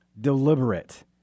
deliberate